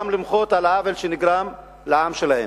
גם למחות על העוול שנגרם לעם שלהם.